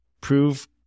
prove